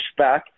pushback